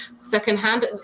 secondhand